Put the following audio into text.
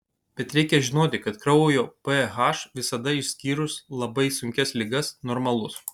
bet reikia žinoti kad kraujo ph visada išskyrus labai sunkias ligas normalus